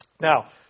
Now